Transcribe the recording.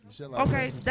Okay